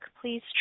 please